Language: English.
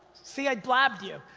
see, i blabbed you!